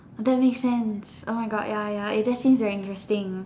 that makes sense oh my God ya ya eh that seems very interesting